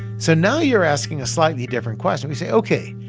so now you're asking a slightly different question. we say, ok,